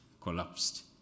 collapsed